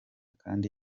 kandi